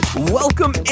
Welcome